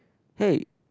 hey